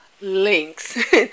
Links